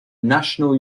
national